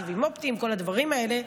סיבים אופטיים, כל הדברים האלה.